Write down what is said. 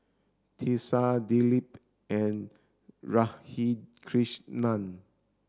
Teesta Dilip and Radhakrishnan